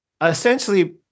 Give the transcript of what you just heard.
essentially –